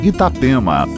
Itapema